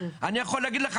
אני יכול להגיד לך,